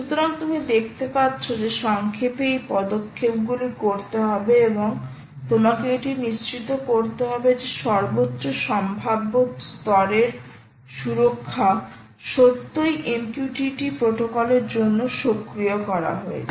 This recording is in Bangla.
সুতরাং তুমি দেখতে পাচ্ছো যে সংক্ষেপে এই পদক্ষেপগুলি করতে হবে এবং তোমাকে এটি নিশ্চিত করতে হবে যে সর্বোচ্চ সম্ভাব্য স্তরের সুরক্ষা সত্যই MQTT প্রোটোকলের জন্য সক্রিয় করা হয়েছে